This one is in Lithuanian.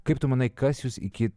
kaip tu manai kas jus iki